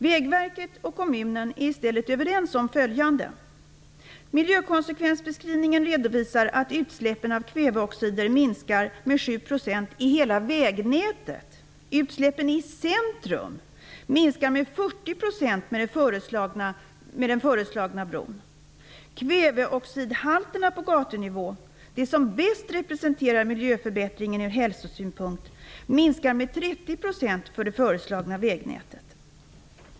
Vägverket och kommunen är i stället överens om följande: Miljökonsekvensbeskrivningen redovisar att utsläppen av kväveoxider minskar med 7 % i hela vägnätet. Utsläppen i centrum minskar med 40 % med den föreslagna bron. Kväveoxidhalterna på gatunivå, vilket bäst representerar miljöförbättringen ur hälsosynpunkt, minskar med 30 % på det föreslagna vägnätet.